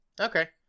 Okay